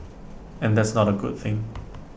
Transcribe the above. and that's not A good thing